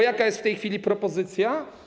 Jaka jest w tej chwili propozycja?